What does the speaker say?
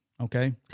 okay